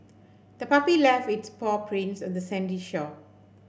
the puppy left its paw prints on the sandy shore